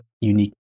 unique